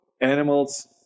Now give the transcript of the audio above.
animals